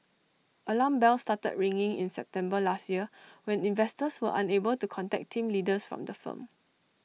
alarm bells started ringing in September last year when investors were unable to contact team leaders from the firm